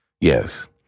Yes